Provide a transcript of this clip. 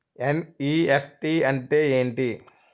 NEFT అంటే ఎంటి?